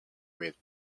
with